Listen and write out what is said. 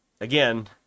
again